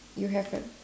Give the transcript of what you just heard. you have a